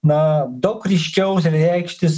na daug ryškiau reikštis